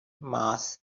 mars